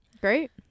Great